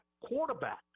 quarterback